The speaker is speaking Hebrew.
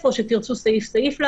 או שתרצו לעבור סעיף סעיף?